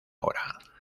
hora